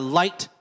light